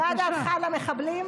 מה דעתך על המחבלים?